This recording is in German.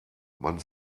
man